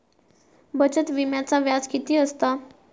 बचत विम्याचा व्याज किती असता?